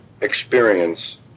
experience